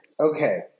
Okay